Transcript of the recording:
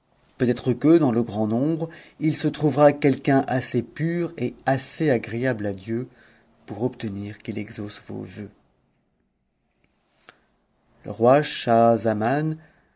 peut-être que dans le grand nombre il se trouvera quelqu'un assez pur et assez agréable à dieu pour obtenir qu'il exauce vos voeux b le